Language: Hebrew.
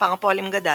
מספר הפועלים גדל,